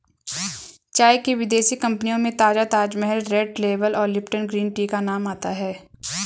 चाय की विदेशी कंपनियों में ताजा ताजमहल रेड लेबल और लिपटन ग्रीन टी का नाम आता है